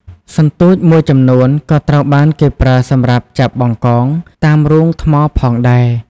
សន្ទូចមួយចំនួនក៏ត្រូវបានគេប្រើសម្រាប់ចាប់បង្កងតាមរូងថ្មផងដែរ។